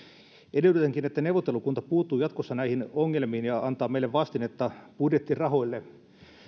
edellytänkin että neuvottelukunta puuttuu jatkossa näihin ongelmiin ja antaa meille vastinetta budjettirahoille